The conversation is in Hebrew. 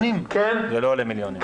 זה לא עולה מיליונים.